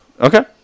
Okay